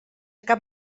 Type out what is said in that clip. cap